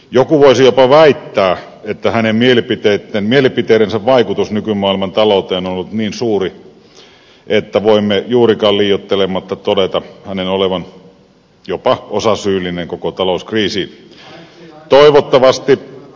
joku voisi jopa väittää että hänen mielipiteidensä vaikutus nykymaailman talouteen on ollut niin suuri että voimme juurikaan liioittelematta todeta hänen olevan jopa osasyyllinen koko talouskriisiin